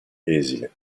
esile